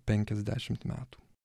penkiasdešimt metų